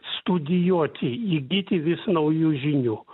studijuoti įgyti vis naujų žinių